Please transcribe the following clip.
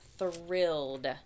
thrilled